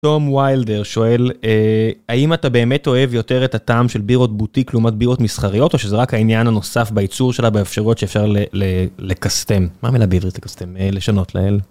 תום ויילדר שואל האם אתה באמת אוהב יותר את הטעם של בירות בוטיק לעומת בירות מסחריות או שזה רק העניין הנוסף ביצור שלה באפשרות שאפשר לקסטם מה המילה בעברית לקסטם לשנות לאל.